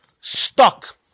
stuck